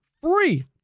free